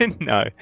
No